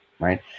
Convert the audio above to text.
right